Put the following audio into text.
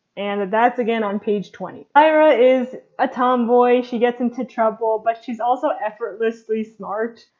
and that's again on page twenty. lyra is a tomboy. she gets into trouble, but she's also effortlessly smart.